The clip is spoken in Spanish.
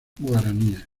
guaraníes